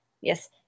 Yes